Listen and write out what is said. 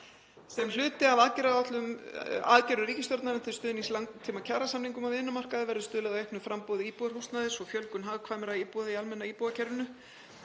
Sem hluti af aðgerðum ríkisstjórnarinnar til stuðnings langtímakjarasamningum á vinnumarkaði verður stuðlað að auknu framboði íbúðarhúsnæðis og fjölgun hagkvæmra íbúða í almenna íbúðakerfinu.